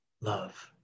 love